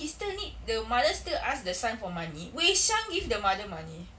he still need the mother still ask the son for money wei xiang give the mother money